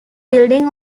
building